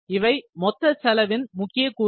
இவை மொத்த செலவின் முக்கிய கூறுகள்